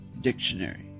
dictionary